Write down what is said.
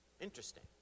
Interesting